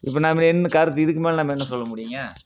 இப்போ நம்ம என்ன கருத்து இதுக்கு மேலே நம்ம என்ன சொல்ல முடியும்க